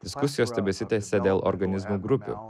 diskusijos tebesitęsia dėl organizmų grupių